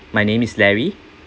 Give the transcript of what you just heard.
my name is larry